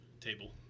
table